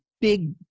big